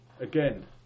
again